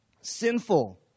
sinful